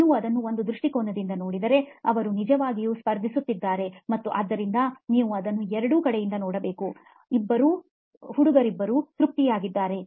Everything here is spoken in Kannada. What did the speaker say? ನೀವು ಅದನ್ನು ಒಂದು ದೃಷ್ಟಿಕೋನದಿಂದ ನೋಡಿದರೆ ಅವರು ನಿಜವಾಗಿಯೂ ಸ್ಪರ್ಧಿಸುತ್ತಿದ್ದಾರೆ ಮತ್ತು ಆದ್ದರಿಂದ ನೀವು ಅದನ್ನು ಎರಡೂ ಕಡೆಯಿಂದ ನೋಡಬೇಕು ಮತ್ತು ಅದನ್ನು ನೋಡಬೇಕು ಇಬ್ಬರೂ ಈ ಹುಡುಗರಿಬ್ಬರೂ ತೃಪ್ತರಾಗಿದ್ದಾರೆ